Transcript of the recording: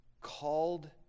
called